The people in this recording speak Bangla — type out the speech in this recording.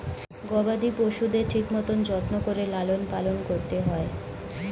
গবাদি পশুদের ঠিক মতন যত্ন করে লালন পালন করতে হয়